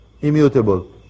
immutable